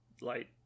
Light